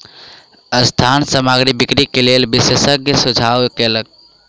संस्थान सामग्री बिक्री के लेल विशेषज्ञक सुझाव लेलक